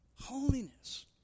holiness